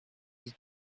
dix